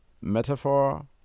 metaphor